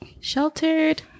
Sheltered